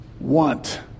want